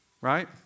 Right